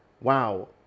wow